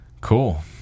Cool